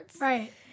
Right